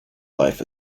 life